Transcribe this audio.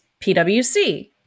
PWC